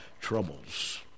troubles